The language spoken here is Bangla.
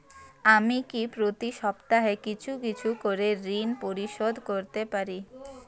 আমি কি প্রতি সপ্তাহে কিছু কিছু করে ঋন পরিশোধ করতে পারি?